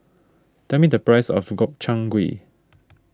tell me the price of Gobchang Gui